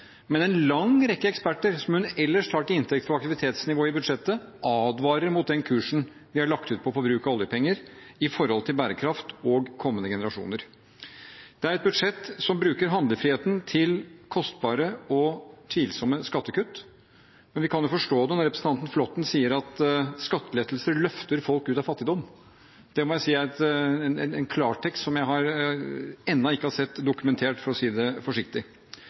men en lang rekke eksperter, som hun ellers tar til inntekt for aktivitetsnivået i budsjettet, advarer mot den kursen vi har lagt ut på når det gjelder bruk av oljepenger, med tanke på bærekraft og kommende generasjoner. Det er et budsjett som bruker handlefriheten til kostbare og tvilsomme skattekutt. Vi kan forstå det når representanten Flåtten sier at skattelettelser løfter folk ut av fattigdom. Det må jeg si er en klartekst som jeg ennå ikke har sett dokumentert, for å si det forsiktig.